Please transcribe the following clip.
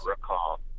recall